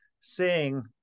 seeing